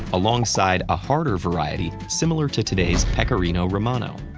alongside a harder variety similar to today's pecorino romano.